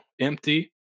empty